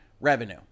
revenue